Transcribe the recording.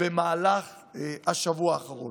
במהלך השבוע האחרון.